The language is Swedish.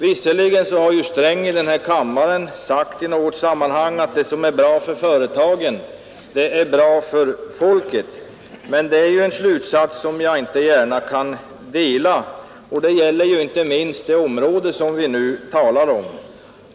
Visserligen har herr Sträng sagt här i kammaren att det som är bra för företagen är bra för folket, men det är ett resonemang som jag inte gärna kan ansluta mig till, och det gäller inte minst det område som vi nu talar om.